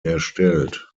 erstellt